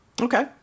Okay